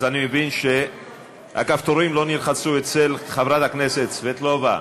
אני מבין שהכפתורים לא נלחצו אצל חברת הכנסת סבטלובה